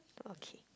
okay